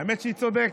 האמת היא שהיא צודקת,